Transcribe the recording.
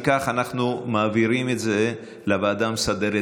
אם כך, אנחנו מעבירים את זה לוועדה המסדרת.